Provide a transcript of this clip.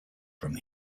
from